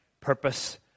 purpose